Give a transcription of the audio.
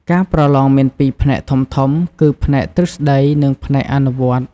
ការប្រឡងមានពីរផ្នែកធំៗ គឺផ្នែកទ្រឹស្តី និងផ្នែកអនុវត្ត។